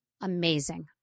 amazing